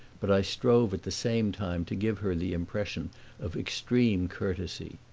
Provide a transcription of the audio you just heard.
but i strove at the same time to give her the impression of extreme courtesy.